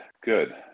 good